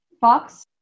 Fox